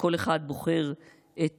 וכל אחד בוחר את